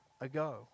ago